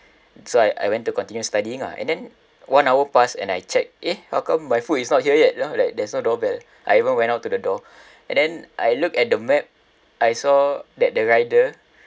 so I I went to continue studying ah and then one hour passed and I check eh how my food is not here yet you know like there's no door bell I even went out to the door and then I look at the map I saw that the rider